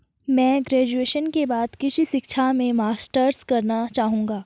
मैं ग्रेजुएशन के बाद कृषि शिक्षा में मास्टर्स करना चाहूंगा